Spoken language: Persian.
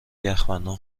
یخبندان